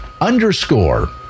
underscore